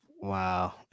Wow